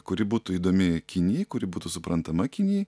kuri būtų įdomi kinijai kuri būtų suprantama kinijai